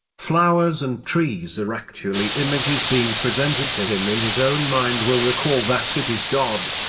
flowers and trees are actually images being presented to him in his own mind will recall that it is god,